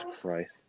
Christ